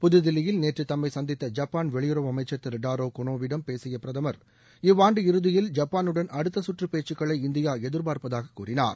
புதுதில்லியில் நேற்று தம்மை சந்தித்த ஜப்பான் வெளியுறவு அமைச்ச் திரு டாரோ கொனோவிடம் பேசிய பிரதம் இவ்வாண்டு இறுதியில் ஜப்பானுடன் அடுத்த கற்று பேச்சகளை இந்தியா எதிர்பார்ப்பதாக கூறினார்